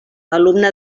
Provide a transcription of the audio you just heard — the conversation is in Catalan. alumne